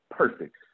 perfect